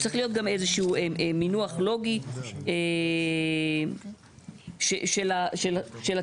צריך להיות גם איזשהו מינוח לוגי של התיעדוף.